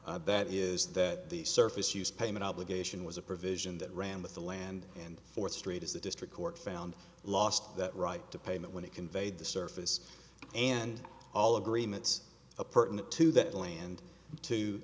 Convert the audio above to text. ago that is that the surface used payment obligation was a provision that ran with the land and fourth street as the district court found lost that right to payment when he conveyed the surface and all agreements a pertinent to that land to